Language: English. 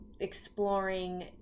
exploring